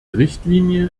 richtlinie